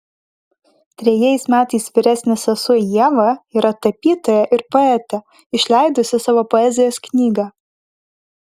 trejais metais vyresnė sesuo ieva yra tapytoja ir poetė išleidusi savo poezijos knygą